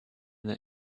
that